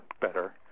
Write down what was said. better